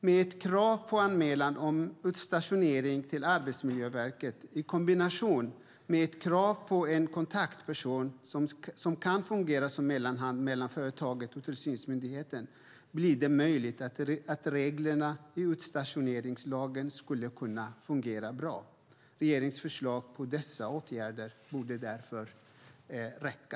Med ett krav på anmälan om utstationering till Arbetsmiljöverket i kombination med ett krav på en kontaktperson som kan fungera som mellanhand mellan företaget och tillsynsmyndigheten blir det möjligt att reglerna i utstationeringslagen skulle kunna fungera bra. Regeringsförslag på dessa åtgärder borde därför räcka.